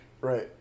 Right